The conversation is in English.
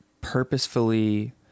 purposefully